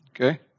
Okay